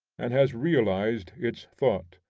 and has realized its thought.